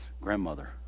grandmother